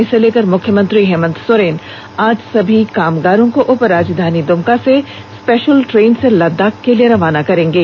इसे लेकर मुख्यमंत्री हेमंत सोरेन आज सभी कामगारों को उपराजधानी दुमका से स्पेशल ट्रेन से लद्दाख के लिए रवाना करेंगे